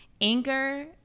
Anger